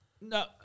No